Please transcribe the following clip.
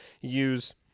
use